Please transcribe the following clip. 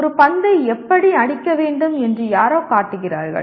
ஒரு பந்தை எப்படி அடிக்க வேண்டும் என்று யாரோ காட்டுகிறார்கள்